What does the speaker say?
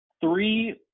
Three